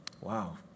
Wow